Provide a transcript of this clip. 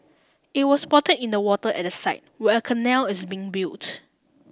it was spotted in the water at the site where a canal is being built